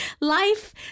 life